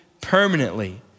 permanently